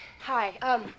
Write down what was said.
Hi